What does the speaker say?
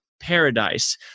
paradise